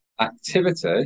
activity